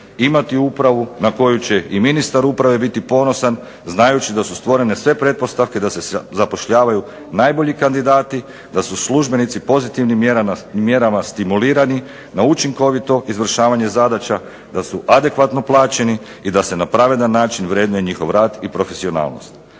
imati upravu na koju će i ministar uprave biti ponosan znajući da su stvorene sve pretpostavke da se zapošljavaju najbolji kandidati, da su službenici pozitivnim mjerama stimulirani na učinkovito izvršavanje zadaća, da su adekvatno plaćeni i da se na pravedan način vrednuje njihov rad i profesionalnost.